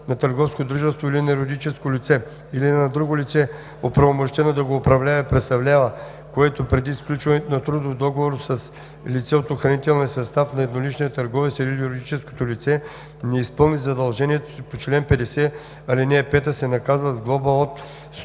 на търговско дружество или на юридическо лице, или друго лице, оправомощено да го управлява и представлява, което преди сключването на трудов договор с лице от охранителния състав на едноличния търговец или юридическото лице не изпълни задължението си по чл. 50, ал. 5, се наказва с глоба от 100